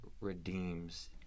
redeems